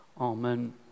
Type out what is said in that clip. Amen